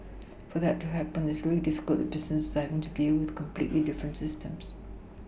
for that to happen it's really difficult if businesses are having to deal with completely different systems